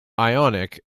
ionic